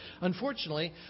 Unfortunately